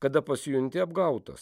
kada pasijunti apgautas